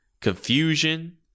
confusion